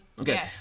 Okay